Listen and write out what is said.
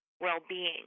well-being